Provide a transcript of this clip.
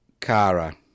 Kara